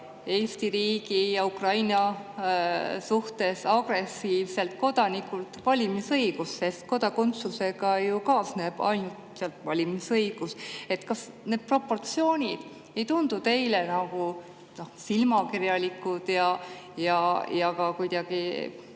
Eesti ja Ukraina suhtes agressiivselt kodanikult valimisõigus. Kodakondsusega kaasneb ju valimisõigus. Kas need proportsioonid ei tundu teile silmakirjalikud ja ka kuidagi